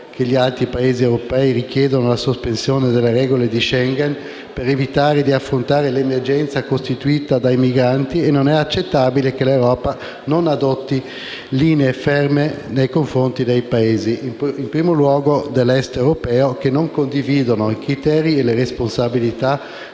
che gli altri Paesi europei richiedano la sospensione delle regole di Schengen per evitare di affrontare l'emergenza costituita dai migranti e non è accettabile che l'Europa non adotti linee ferme nei confronti dei Paesi, in primo luogo dell'Est europeo, che non condividono criteri e responsabilità